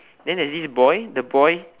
then this boy the boy